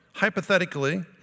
hypothetically